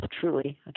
truly